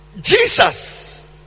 Jesus